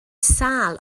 sâl